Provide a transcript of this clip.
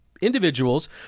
individuals